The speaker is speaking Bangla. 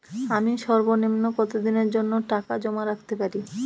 আমি সর্বনিম্ন কতদিনের জন্য টাকা জমা রাখতে পারি?